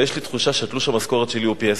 ויש לי תחושה שתלוש המשכורת שלי הוא פי-עשרה.